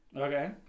Okay